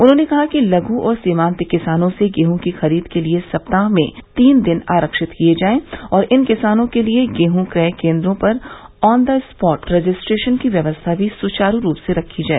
उन्होंने कहा कि लघ् और सीमान्त किसानों से गेहूं की खरीद के लिए सप्ताह में तीन दिन आरक्षित किये जाय और इन किसानों के लिए गेहूं क्रय केन्द्रों पर ऑन द स्पाट रजिस्ट्रेशन की व्यवस्था भी सुचारू रूप से रखी जाय